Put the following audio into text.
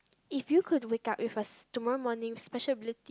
if you could wake up with a tomorrow morning special ability